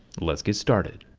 let's get started.